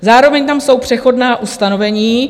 Zároveň tam jsou přechodná ustanovení.